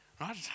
right